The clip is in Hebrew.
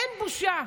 אין בושה,